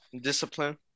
Discipline